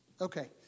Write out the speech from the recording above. Okay